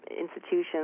institutions